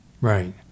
right